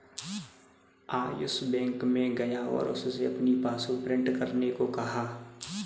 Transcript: Ayush bank में गया और उससे अपनी पासबुक प्रिंट करने को कहा